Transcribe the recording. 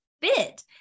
fit